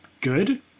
good